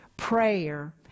Prayer